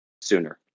sooner